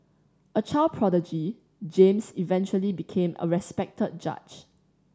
a child prodigy James eventually became a respected judge